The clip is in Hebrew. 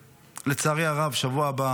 לצערי הרב בשבוע הבא